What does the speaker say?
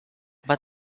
but